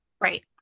Right